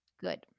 Good